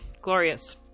glorious